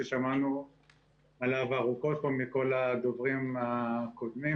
ששמענו עליו ארוכות מהדוברים הקודמים,